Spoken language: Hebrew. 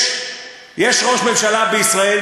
יש ראש ממשלה בישראל,